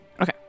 Okay